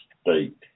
state